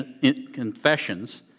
confessions